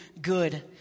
good